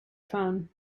phone